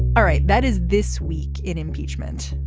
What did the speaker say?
all right. that is this week in impeachment.